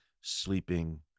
sleeping